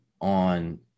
on